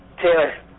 Taylor